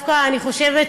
אני חושבת